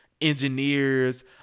engineers